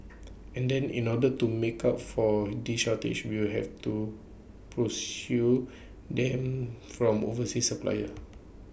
and then in order to make up for this shortage we'll have to pursue them from overseas suppliers